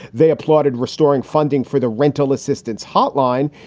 they applauded restoring funding for the rental assistance hotline.